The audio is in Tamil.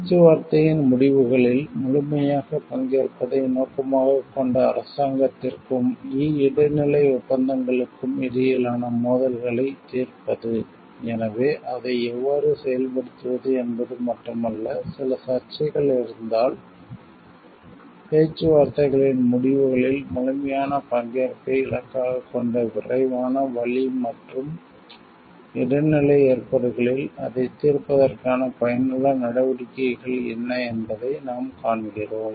பேச்சுவார்த்தையின் முடிவுகளில் முழுமையாக பங்கேற்பதை நோக்கமாகக் கொண்ட அரசாங்கத்திற்கும் இ இடைநிலை ஒப்பந்தங்களுக்கும் இடையிலான மோதல்களைத் தீர்ப்பது எனவே அதை எவ்வாறு செயல்படுத்துவது என்பது மட்டுமல்ல சில சர்ச்சைகள் எழுந்தால் பேச்சுவார்த்தைகளின் முடிவுகளில் முழுமையான பங்கேற்பை இலக்காகக் கொண்ட விரைவான வழி மற்றும் இடைநிலை ஏற்பாடுகளில் அதைத் தீர்ப்பதற்கான பயனுள்ள நடவடிக்கைகள் என்ன என்பதை நாம் காண்கிறோம்